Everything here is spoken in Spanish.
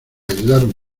ayudaron